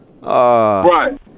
Right